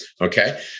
okay